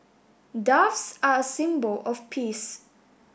doves are a symbol of peace